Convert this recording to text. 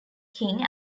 king